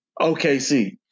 OKC